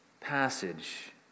passage